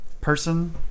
person